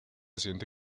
siente